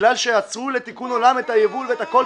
בגלל שעצרו ל"תיקון עולם" את היבול ואת הכול.